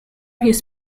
his